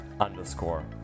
underscore